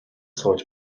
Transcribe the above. сууж